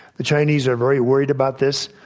the chinese are very worried about this.